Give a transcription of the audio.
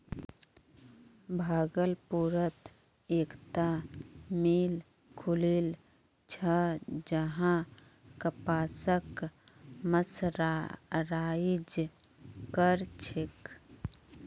भागलपुरत एकता मिल खुलील छ जहां कपासक मर्सराइज कर छेक